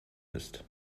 ist